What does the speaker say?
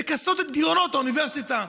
לכסות את גירעונות האוניברסיטה.